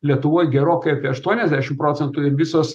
lietuvoj gerokai apie aštuoniasdešimt procentų ir visos